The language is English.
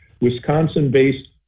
Wisconsin-based